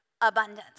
abundance